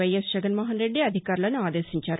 YS Jaganmohan Reddy అధికారులను ఆదేశించారు